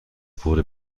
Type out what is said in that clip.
wurde